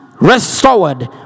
restored